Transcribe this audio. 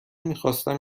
میخواستم